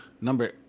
Number